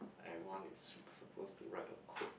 I want is supposed to write a quote